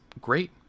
great